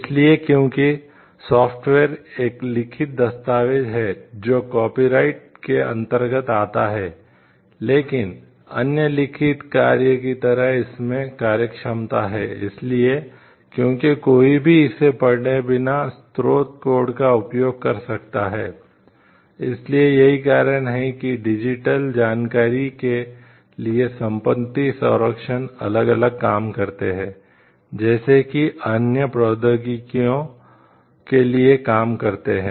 इसलिए क्योंकि सॉफ्टवेयर जानकारी के लिए संपत्ति संरक्षण अलग अलग काम करते हैं जैसे कि अन्य प्रौद्योगिकियों के लिए काम करते हैं